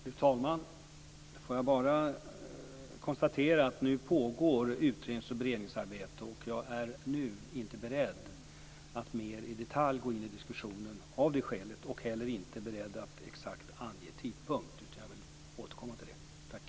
Fru talman! Jag vill bara konstatera att nu pågår ett utrednings och beredningsarbete. Av det skälet är jag nu inte beredd att mer i detalj gå in i diskussionen. Jag är heller inte beredd att exakt ange en tidpunkt, utan jag vill återkomma till det.